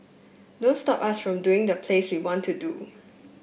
don't stop us from doing the plays we want to do